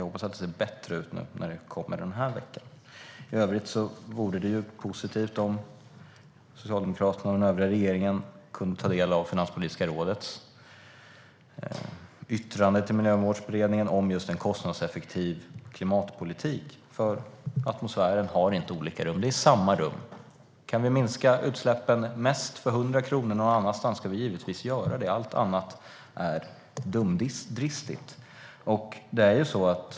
Jag hoppas att det kommer att se bättre ut nu när det kommer den här veckan. I övrigt vore det positivt om Socialdemokraterna och den övriga regeringen kunde ta del av Finanspolitiska rådets yttrande till Miljömålsberedningen om just kostnadseffektiv klimatpolitik. Atmosfären har nämligen inte olika rum. Det är samma rum. Kan vi minska utsläppen mest för 100 kronor någon annanstans ska vi givetvis göra det. Allt annat är dumdristigt.